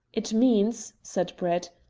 it means, said brett,